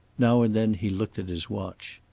now and then he looked at his watch.